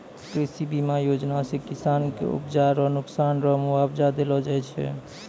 कृषि बीमा योजना से किसान के उपजा रो नुकसान रो मुआबजा देलो जाय छै